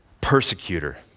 Persecutor